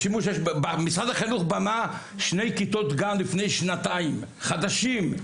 משרד החינוך בנה שתי כיתות גן לפני שנתיים חדשים,